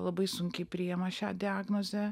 labai sunkiai priima šią diagnozę